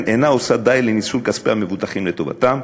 אינה עושה די לניצול כספי המבוטחים לטובתם,